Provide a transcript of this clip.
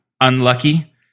unlucky